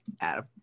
Adam